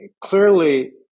clearly